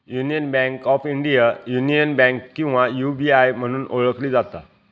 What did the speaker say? union bank of India, union bank किंवा UBI म्हणून ओळखली जाता